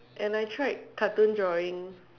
and I tried cartoon drawing